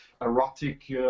erotic